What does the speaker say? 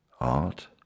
Art